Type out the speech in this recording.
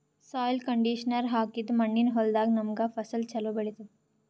soil conditioner ಹಾಕಿದ್ದ್ ಮಣ್ಣಿನ್ ಹೊಲದಾಗ್ ನಮ್ಗ್ ಫಸಲ್ ಛಲೋ ಬೆಳಿತದ್